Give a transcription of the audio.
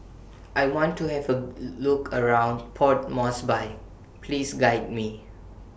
I want to Have A Look around Port Moresby Please Guide Me